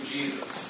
Jesus